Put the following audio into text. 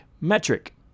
metric